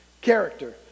character